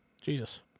Jesus